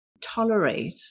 tolerate